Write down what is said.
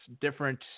different